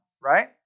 right